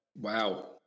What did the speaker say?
wow